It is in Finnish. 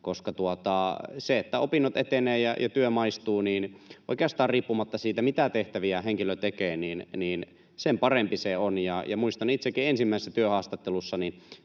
koska se, että opinnot etenevät ja työ maistuu, niin oikeastaan riippumatta siitä, mitä tehtäviä henkilö tekee, on sen parempi. Muistan itsekin ensimmäisessä työhaastattelussa,